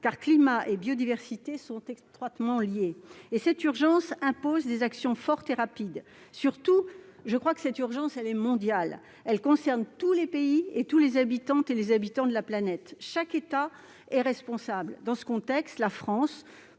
car climat et biodiversité sont étroitement liés. Cette urgence impose des actions fortes et rapides. Surtout, cette urgence est mondiale ; elle concerne tous les pays et tous les habitants de la planète. Chaque État est responsable ; dans ce contexte, la France